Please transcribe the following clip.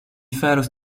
faros